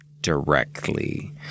directly